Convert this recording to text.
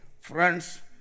friends